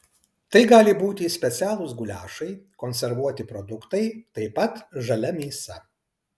tai gali būti specialūs guliašai konservuoti produktai taip pat žalia mėsa